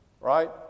right